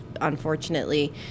unfortunately